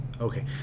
Okay